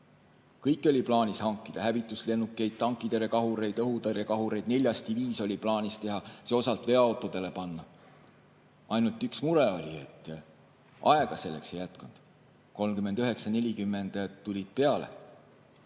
Kõike oli plaanis hankida: hävituslennukeid, tankitõrjekahureid, õhutõrjekahureid, neljas diviis oli plaanis teha, see osalt veoautodele panna. Ainult üks mure oli. Aega selleks ei jätkunud. 1939 ja 1940 tulid peale.